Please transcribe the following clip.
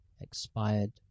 expired